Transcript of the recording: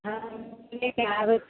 हम लेके आबैत छी